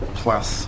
plus